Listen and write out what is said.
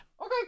Okay